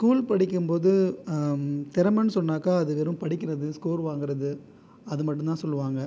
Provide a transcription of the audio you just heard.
school படிக்கும் போது திறமைன்னு சொன்னாக்கா அது வெறும் படிக்கின்றது ஸ்கோர் வாங்குகிறது அது மட்டும் தான் சொல்லுவாங்கள்